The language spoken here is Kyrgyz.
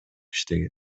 иштеген